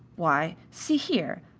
why, see here,